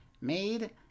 made